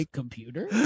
computer